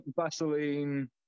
Vaseline